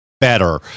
better